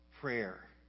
prayer